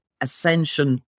ascension